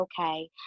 okay